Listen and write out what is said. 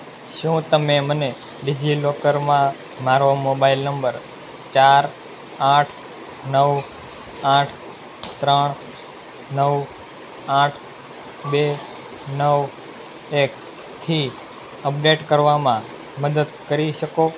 શું તમે મને ડિજિલોકરમાં મારો મોબાઇલ નંબર ચાર આઠ નવ આઠ ત્રણ નવ આઠ બે નવ એકથી અપડેટ કરવામાં મદદ કરી શકો